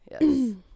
Yes